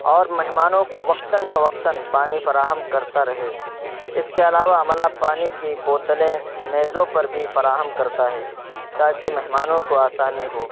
اور مہمانوں کو وقتاًفوقتاً پانی فراہم کرتا رہے اس کے علاوہ عملہ پانی کی بوتلیں میزوں پر بھی فراہم کرتا ہے تاکہ مہمانوں کو آسانی ہو